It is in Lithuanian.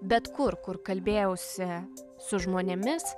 bet kur kur kalbėjausi su žmonėmis